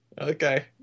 okay